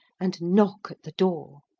and knock at the door.